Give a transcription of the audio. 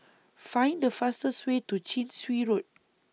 Find The fastest Way to Chin Swee Road